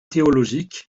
théologique